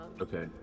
Okay